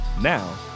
Now